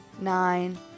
nine